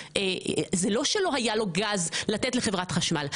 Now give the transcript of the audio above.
זה לא שלא היה לו גז לתת לחברת חשמל.